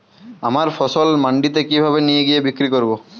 আমার ফসল মান্ডিতে কিভাবে নিয়ে গিয়ে বিক্রি করব?